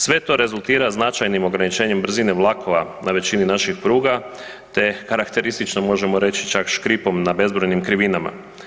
Sve to rezultira značajnim ograničenjem brzine vlakova na većini naših pruga te karakteristično možemo reći čak škripom na bezbrojnim krivinama.